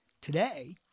today